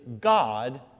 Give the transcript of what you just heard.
God